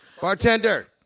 Bartender